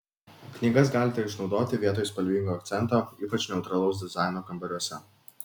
knygas galite išnaudoti vietoj spalvingo akcento ypač neutralaus dizaino kambariuose